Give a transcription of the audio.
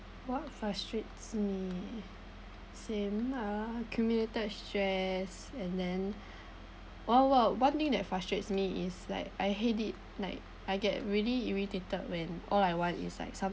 what frustrates me same lah accumulated stress and then !wow! oh one thing that frustrates me is like I hate it like I get really irritated when all I want is like some